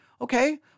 Okay